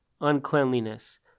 uncleanliness